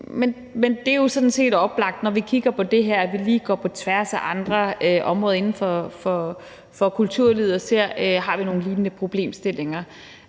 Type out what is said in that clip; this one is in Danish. men det er jo sådan set oplagt, når vi kigger på det her, at vi lige går på tværs af andre områder inden for kulturlivet og ser på, om der er nogle lignende problemstillinger,